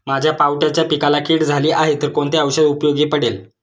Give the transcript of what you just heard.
माझ्या पावट्याच्या पिकाला कीड झाली आहे तर कोणते औषध उपयोगी पडेल?